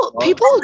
people